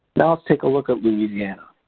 now let's take a look at louisiana.